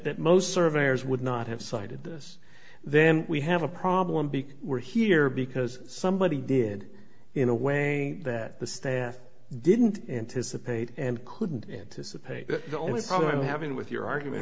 most surveyors would not have cited this then we have a problem because we're here because somebody did in a way that the staff didn't anticipate and couldn't anticipate that the only problem i'm having with your argument